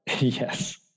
Yes